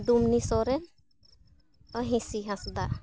ᱰᱩᱢᱱᱤ ᱥᱚᱨᱮᱱ ᱦᱤᱸᱥᱤ ᱦᱟᱸᱥᱫᱟ